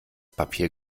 papier